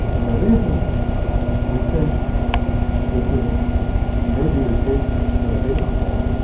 and the reason we think this is a may be the case for the hayward fault